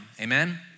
Amen